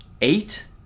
Eight